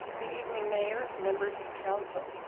good evening, mayor, members of council,